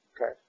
Okay